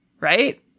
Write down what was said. right